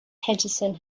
henderson